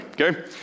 Okay